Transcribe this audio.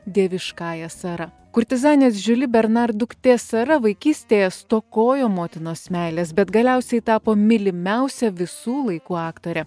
dieviškąja sera kurtizanės žiuli bernar duktė sara vaikystėje stokojo motinos meilės bet galiausiai tapo mylimiausia visų laikų aktore